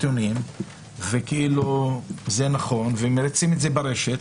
רוצים --- ומריצים את זה ברשת,